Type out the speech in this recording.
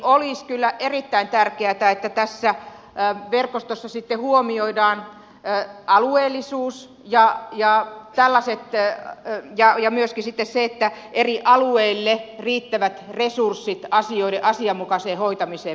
olisi kyllä erittäin tärkeätä että tässä verkostossa sitten huomioidaan alueellisuus ja tällaiset ja myöskin sitten se että eri alueille riittävät resurssit asioiden asianmukaiseen hoitamiseen myöskin varataan